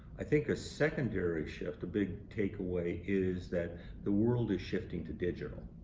i think a secondary shift, a big takeaway, is that the world is shifting to digital.